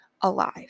alive